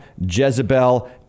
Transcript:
Jezebel